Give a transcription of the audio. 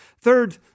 Third